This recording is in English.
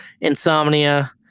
*Insomnia*